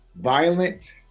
violent